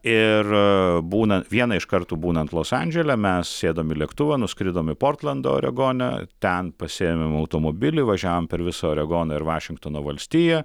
ir būnant vieną iš kartų būnant los andžele mes sėdom į lėktuvą nuskridom į portlandą oregone ten pasiėmėm automobilį važiavom per visą oregono ir vašingtono valstiją